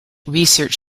research